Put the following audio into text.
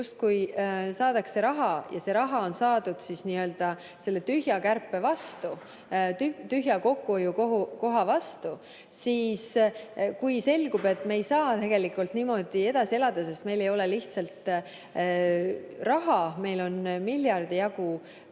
justkui saadakse raha ja see raha on saadud selle tühja kärpe vastu, tühja kokkuhoiukoha vastu, ning kui selgub, et me ei saa tegelikult niimoodi edasi elada, sest meil ei ole lihtsalt raha, meil on miljardi jagu